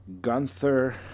Gunther